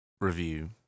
review